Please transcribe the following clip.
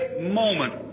moment